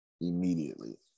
Immediately